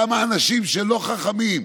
כמה אנשים שלא חכמים,